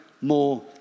more